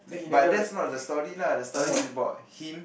but that's not the story lah the story is about him